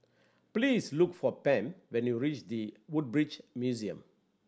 please look for Pam when you reach The Woodbridge Museum